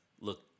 look